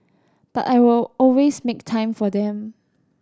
but I will always make time for them